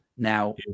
Now